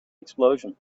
explosion